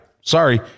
sorry